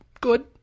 good